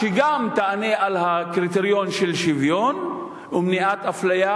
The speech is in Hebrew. שגם תענה על הקריטריון של שוויון ומניעת אפליה,